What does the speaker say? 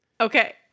Okay